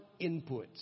inputs